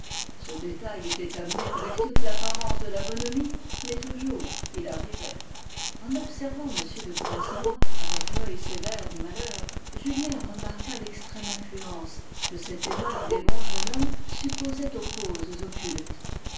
ce détail était amené avec toute l'apparence de la bonhomie mais toujours il arrivait en observant m de croisenois avec l'oeil sévère du malheur julien remarqua l'extrême influence que cet aimable et bon jeune homme supposait aux causes occultes